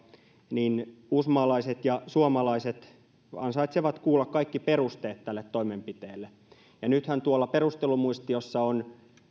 niin uusmaalaiset ja suomalaiset ansaitsevat kuulla kaikki perusteet tälle toimenpiteelle nythän perustelumuistiossa on